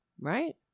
Right